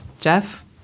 Jeff